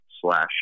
slash